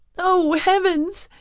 oh heavens!